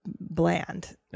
bland